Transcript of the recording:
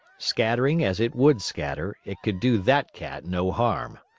scattering as it would scatter, it could do that cat no harm.